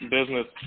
Business